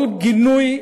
כל גינוי מילולי,